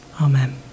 Amen